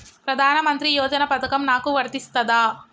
ప్రధానమంత్రి యోజన పథకం నాకు వర్తిస్తదా?